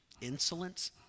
insolence